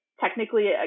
technically